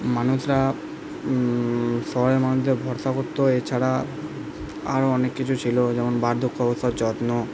মানুষরা শহরের মানুষদের ভরসা করতো এ ছাড়া আরও অনেক কিছু ছিলো যেমন বার্ধক্য অবস্থার যত্ন